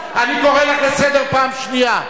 אני קורא אותך לסדר פעם שנייה.